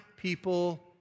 people